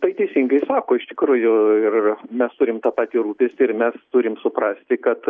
tai teisingai sako iš tikrųjų ir mes turim tą patį rūpestį ir mes turim suprasti kad